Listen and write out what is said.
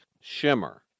shimmer